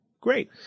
Great